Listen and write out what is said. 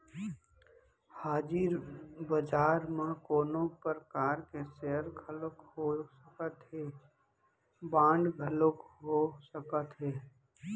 हाजिर बजार म कोनो परकार के सेयर घलोक हो सकत हे, बांड घलोक हो सकत हे